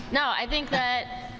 no, i think that